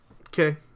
Okay